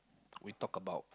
we talk about